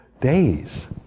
days